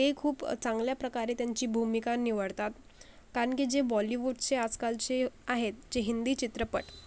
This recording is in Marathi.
ते खूप चांगल्याप्रकारे त्यांची भूमिका निवडतात कारण की जे बॉलीवूडचे आजकालचे आहेत जे हिंदी चित्रपट